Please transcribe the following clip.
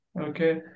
okay